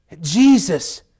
Jesus